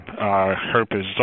herpes